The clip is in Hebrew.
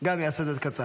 גם יעשה את זה קצר.